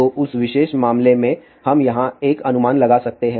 तो उस विशेष मामले में हम यहाँ पर एक अनुमान लगा सकते हैं